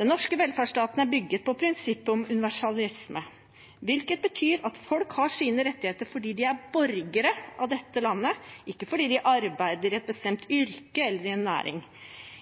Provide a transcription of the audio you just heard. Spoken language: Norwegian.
Den norske velferdsstaten er bygd på prinsippet om universalisme, hvilket betyr at folk har sine rettigheter fordi de er borgere av dette landet, ikke fordi de arbeider i et bestemt yrke eller i en næring.